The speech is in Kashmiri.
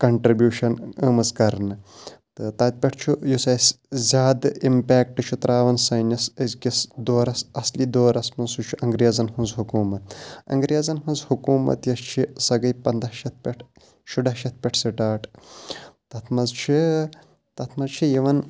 کَنٹرِبیوٗشَن ٲمٕژ کَرنہٕ تہٕ تَتہِ پیٚٹھ چھُ یُس اَسہِ زیادٕ اِمپیکٹ چھُ تراوان سٲنِس أزکِس دورَس اَصلی دورَس منٛز سُہ چھُ انٛگریزَن ہٕنٛز حکوٗمَت اَنٛگریزَن ہٕنٛز حکوٗمَت یۄس چھِ سۄ گٔے پَنٛداہ شیٚتھ پیٚٹھ شُراہ شیٚتھ پیٚٹھ سٹاٹ تَتھ منٛز چھِ تَتھ منٛز چھِ یِوَان